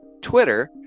Twitter